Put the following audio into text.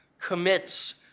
commits